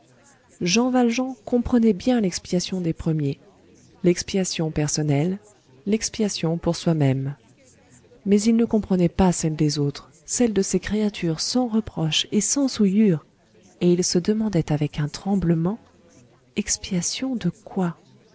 jean valjean comprenait bien l'expiation des premiers l'expiation personnelle l'expiation pour soi-même mais il ne comprenait pas celle des autres celle de ces créatures sans reproche et sans souillure et il se demandait avec un tremblement expiation de quoi